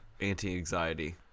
anti-anxiety